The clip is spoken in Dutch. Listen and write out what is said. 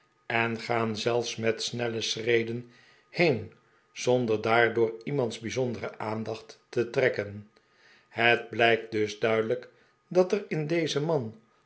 en gaan zelfs met snelle schreden heen zonder daardoor iemands bijzondere aandacht te trekken het blijkt dus duidelijk dat er in dezen man